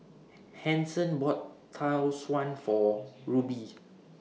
Hanson bought Tau Suan For Rubye